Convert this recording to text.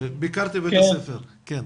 ביקרתי בבית הספר שלכם.